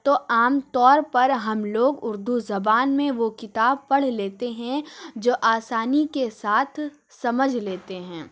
تو عام طور پر ہم لوگ اردو زبان میں وہ کتاب پڑھ لیتے ہیں جو آسانی کے ساتھ سمجھ لیتے ہیں